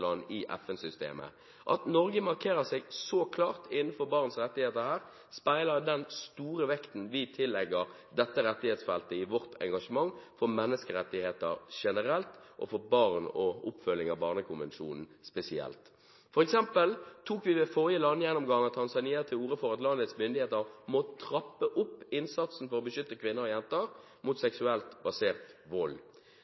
i FN-systemet. At Norge markerer seg så klart innenfor barns rettigheter her, speiler den store vekten vi tillegger dette rettighetsfeltet i vårt engasjement for menneskerettigheter generelt og for barn og oppfølging av Barnekonvensjonen spesielt. For eksempel tok vi ved forrige landgjennomgang av Tanzania til orde for at landets myndigheter må trappe opp innsatsen for å beskytte kvinner og jenter mot